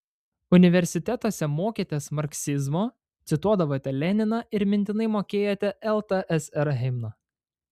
universitetuose mokėtės marksizmo cituodavote leniną ir mintinai mokėjote ltsr himną